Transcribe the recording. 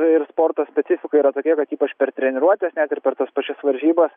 ir sporto specifika yra tokia kad ypač per treniruotes ir per tas pačias varžybas